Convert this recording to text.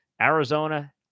Arizona